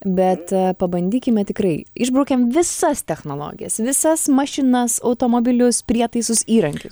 bet pabandykime tikrai išbraukėm visas technologijas visas mašinas automobilius prietaisus įrankius